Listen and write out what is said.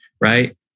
right